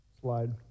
slide